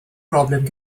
broblem